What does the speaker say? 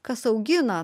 kas augina